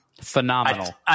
Phenomenal